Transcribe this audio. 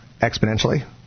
exponentially